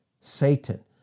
Satan